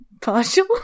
partial